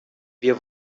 wir